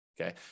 Okay